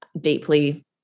deeply